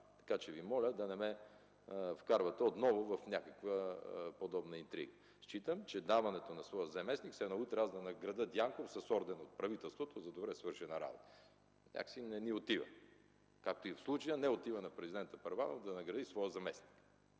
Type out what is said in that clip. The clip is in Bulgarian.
така че Ви моля да не ме вкарвате отново в някаква подобна интрига. Считам, че даването на награда на заместник – все едно аз утре да наградя Дянков с орден от правителството за добре свършена работа, някак си не ни отива, както и в случая не отива на президента Първанов да награди своя заместник.